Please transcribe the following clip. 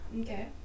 Okay